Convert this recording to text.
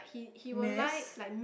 mass